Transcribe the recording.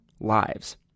lives